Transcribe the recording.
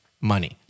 money